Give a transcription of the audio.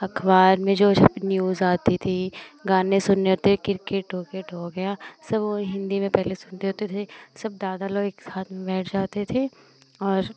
अखबार में जो न्यूज़ आते थे गाने सुनने होते क्रिकेट उरकेट हो गया सब वह हिन्दी में पहले सुनते होते थे सब दादा लोग एक साथ में बैठ जाते थे और